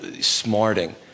smarting